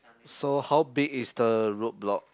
so how big is the road block